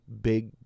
big